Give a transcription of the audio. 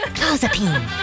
Clozapine